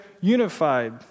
unified